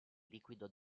liquido